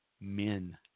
men